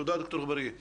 תודה, ד"ר אגבארייה.